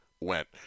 went